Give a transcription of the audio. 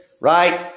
right